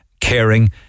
caring